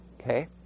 okay